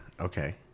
Okay